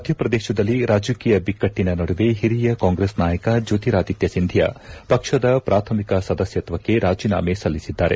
ಮಧ್ಯಪ್ರದೇಶದಲ್ಲಿ ರಾಜಕೀಯ ಬಿಕ್ಕಟ್ನನ ನಡುವೆ ಹಿರಿಯ ಕಾಂಗ್ರೆಸ್ ನಾಯಕ ಜ್ನೋತಿರಾದಿತ್ತ ಸಿಂಧಿಯಾ ಪಕ್ಷದ ಪ್ರಾಥಮಿಕ ಸದಸ್ನತ್ವಕ್ಕೆ ರಾಜೇನಾಮೆ ಸಲ್ಲಿಸಿದ್ದಾರೆ